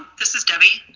this is deby.